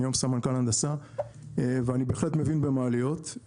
היום סמנכ"ל הנדסה ואני בהחלט מבין במעליות,